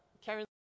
Karen